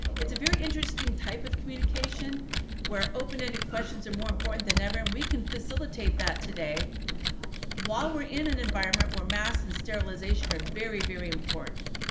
it's a very interesting type of communication where open-ended questions are more important than ever. and we can facilitate that today while we're in an environment where mass and sterilization are very, very important.